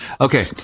Okay